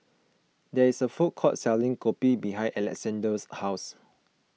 there is a food court selling Kopi behind Alexandr's house